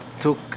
took